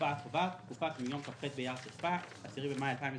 - "התקופה הקובעת" התקופה שמיום כ"ח באייר התשפ"א (10 במאי 2021)